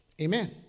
Amen